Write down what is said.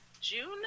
June